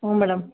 ಹ್ಞೂ ಮೇಡಮ್